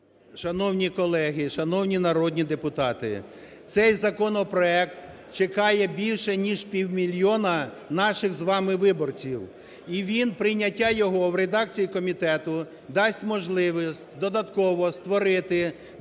Шановні колеги, шановні народні депутати! Цей законопроект чекає більше ніж півмільйона наших з вами виборців. І він, прийняття його в редакції комітету дасть можливість додатково створити 200